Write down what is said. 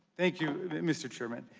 thank you mr. chairman.